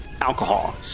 alcohol